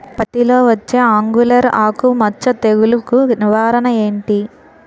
పత్తి లో వచ్చే ఆంగులర్ ఆకు మచ్చ తెగులు కు నివారణ ఎంటి?